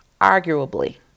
arguably